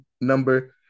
number